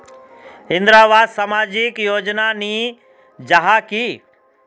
इंदरावास सामाजिक योजना नी जाहा की?